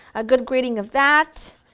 a good grating of that.